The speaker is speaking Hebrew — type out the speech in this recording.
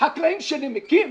חקלאים שנמקים,